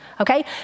okay